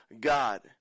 God